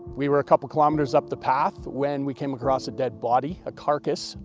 we were a couple kilometeres up the path when we came across a dead body, a carcass.